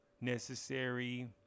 necessary